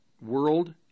world